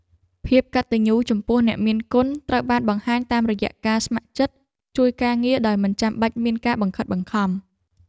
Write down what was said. ភាពកតញ្ញូចំពោះអ្នកមានគុណត្រូវបានបង្ហាញតាមរយៈការស្ម័គ្រចិត្តជួយការងារដោយមិនចាំបាច់មានការបង្ខិតបង្ខំ។